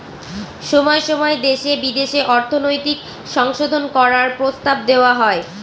সময় সময় দেশে বিদেশে অর্থনৈতিক সংশোধন করার প্রস্তাব দেওয়া হয়